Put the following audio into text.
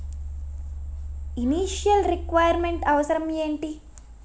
Initial requirement అవసరం ఎంటి?